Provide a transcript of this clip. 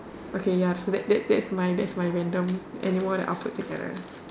okay ya so that's that's that's my that's my random animal that I'll put together